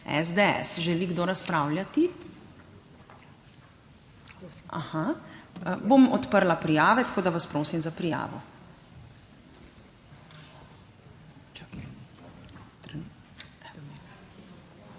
SDS. Želi kdo razpravljati? Aha, bom odprla prijave, tako da vas prosim za prijavo.